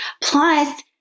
Plus